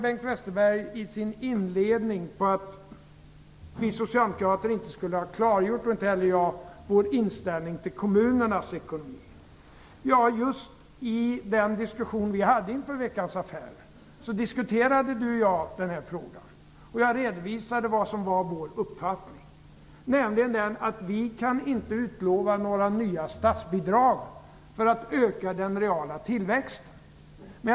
Bengt Westerberg klagade i sin inledning på att varken övriga socialdemokrater eller jag skulle ha klargjort vår inställning till kommunernas ekonomi. Just i den diskussion som vi hade inför Veckans Affärer talade Bengt Westerberg och jag om den frågan. Jag redovisade vad som var vår uppfattning, nämligen att vi inte kan utlova några nya statsbidrag för att öka den reala tillväxten.